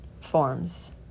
forms